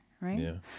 right